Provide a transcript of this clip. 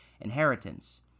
inheritance